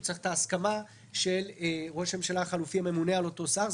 הוא צריך את ההסכמה של ראש הממשלה החלופי הממונה על אותו שר.